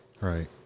Right